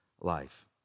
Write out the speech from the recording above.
life